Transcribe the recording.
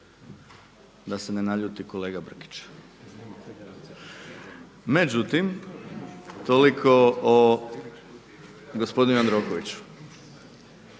da se ne naljuti kolega Brkić. Međutim, toliko o gospodinu Jandrokoviću.